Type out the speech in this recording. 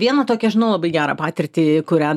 vieną tokią žinau labai gerą patirtį kurią